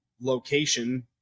location